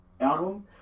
album